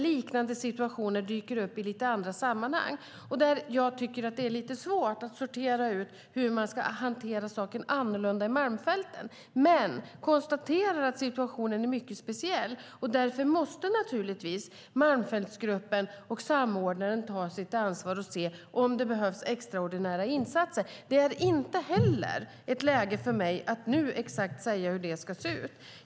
Liknande situationer dyker upp i andra sammanhang, och därför tycker jag att det svårt att sortera ut hur man ska hantera saken annorlunda i Malmfälten. Jag konstaterar dock att situationen är mycket speciell. Malmfältsgruppen och samordnaren måste därför ta sitt ansvar och se om det behövs extraordinära insatser. Det är dock inte läge för mig att säga hur det exakt ska se ut.